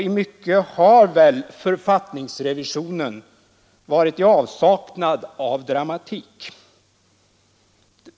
I mycket har väl författningsrevisionen varit i avsaknad av dramatik.